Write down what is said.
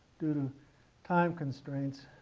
to time constraints